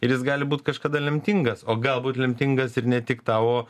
ir jis gali būt kažkada lemtingas o galbūt lemtingas ir ne tik tau o